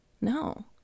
no